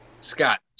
Scott